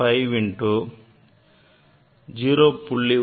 5 into 0